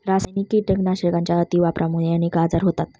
रासायनिक कीटकनाशकांच्या अतिवापरामुळे अनेक आजार होतात